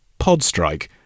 podstrike